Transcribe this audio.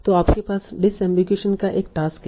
तो आपके पास डिसअम्बिगुईशन का एक टास्क है